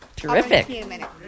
Terrific